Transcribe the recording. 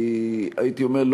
הייתי אומר,